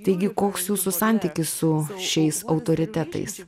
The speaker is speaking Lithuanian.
taigi koks jūsų santykis su šiais autoritetais